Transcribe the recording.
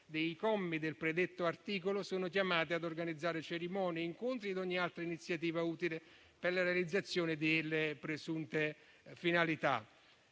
dei commi del predetto articolo, sono chiamate ad organizzare cerimonie e incontri ed ogni altra iniziativa utile per la realizzazione delle presunte finalità.